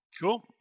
cool